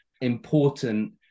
important